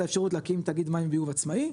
האפשרות להקים תאגיד מים ביוב עצמאי,